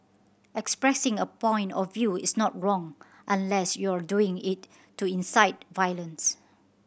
expressing a point of view is not wrong unless you're doing it to incite violence